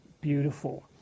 beautiful